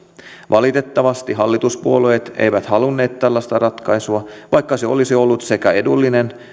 valitettavasti hallituspuolueet eivät halunneet tällaista ratkaisua vaikka se olisi ollut edullinen